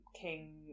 King